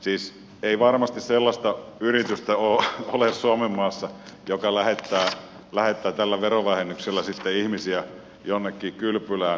siis ei varmasti ole suomenmaassa sellaista yritystä joka lähettää tällä verovähennyksellä sitten ihmisiä jonnekin kylpylään